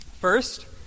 First